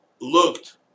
looked